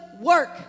work